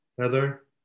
Heather